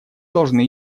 должны